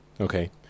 Okay